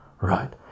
right